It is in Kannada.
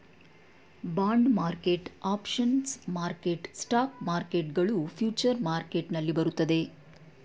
bond market, options market, stock market ಗಳು ಫ್ಯೂಚರ್ ಮಾರ್ಕೆಟ್ ನಲ್ಲಿ ಬರುತ್ತದೆ